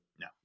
No